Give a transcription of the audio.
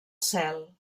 cel